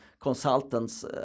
consultants